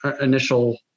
initial